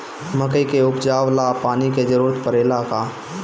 मकई के उपजाव ला पानी के जरूरत परेला का?